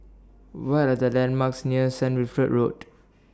What Are The landmarks near Saint Wilfred Road